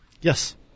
Yes